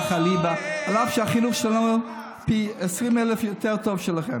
אף שהחינוך שלנו פי עשרים אלף יותר טוב משלכם.